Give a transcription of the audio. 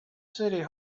city